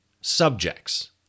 subjects